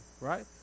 right